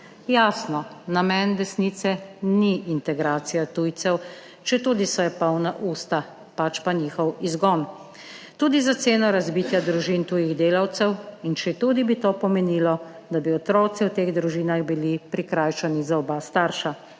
Jasno, namen desnice ni integracija tujcev, četudi so je polna usta, pač pa njihov izgon, tudi za ceno razbitja družin tujih delavcev in četudi bi to pomenilo, da bi bili otroci v teh družinah prikrajšani za oba starša.